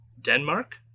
Denmark